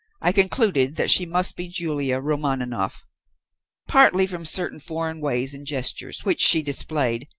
i concluded that she must be julia romaninov partly from certain foreign ways and gestures which she displayed,